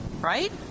right